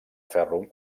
ferro